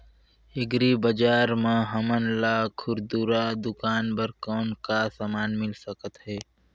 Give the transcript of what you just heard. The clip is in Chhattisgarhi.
एग्री बजार म हमन ला खुरदुरा दुकान बर कौन का समान मिल सकत हे?